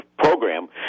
program